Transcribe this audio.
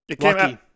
Lucky